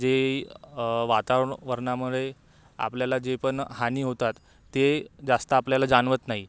जे वातावरण वरणामुळे आपल्याला जे पण हानी होतात ते जास्त आपल्याला जाणवत नाही